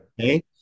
Okay